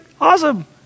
awesome